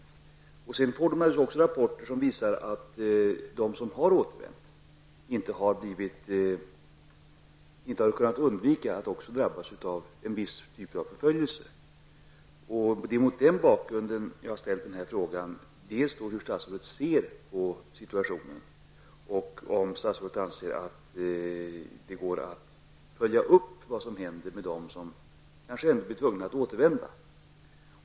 De får naturligtvis också rapporter som visar att de som har återvänt inte har kunnat undgå att också drabbas av en viss typ av förföljelse. Det är mot den bakgrunden jag har ställt frågan, dels hur statsrådet ser på situationen, dels om statsrådet anser att det går att följa upp vad som händer med dem som kanske ändå blir tvungna att återvända.